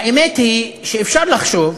האמת היא שאפשר לחשוב